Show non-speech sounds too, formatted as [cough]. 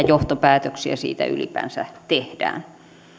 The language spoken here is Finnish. [unintelligible] johtopäätöksiä siitä ylipäänsä tehdään